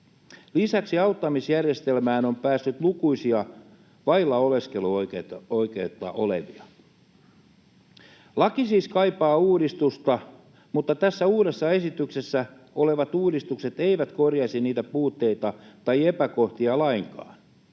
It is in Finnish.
Lisäksi auttamisjärjestelmään on päässyt lukuisia vailla oleskeluoikeutta olevia. Laki siis kaipaa uudistusta, mutta tässä uudessa esityksessä olevat uudistukset eivät korjaisi niitä puutteita tai epäkohtia lainkaan.